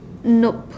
nope